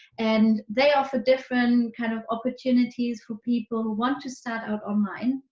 and they offer different kind of opportunities for people who want to start up online,